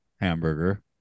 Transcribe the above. hamburger